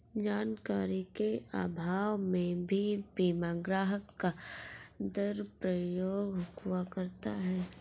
जानकारी के अभाव में भी बीमा ग्राहक का दुरुपयोग हुआ करता है